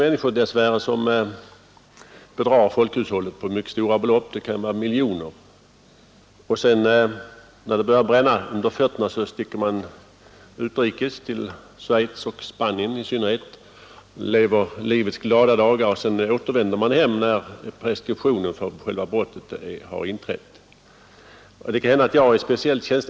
Det finns dess värre människor som bedrar folkhushållet på mycket stora belopp — det kan röra sig om miljoner — och när det börjar bränna under fötterna beger de sig utrikes, i synnerhet till Schweiz och Spanien, lever livets glada dagar och återvänder hem när preskriptionen för brottet inträtt.